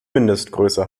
mindestgröße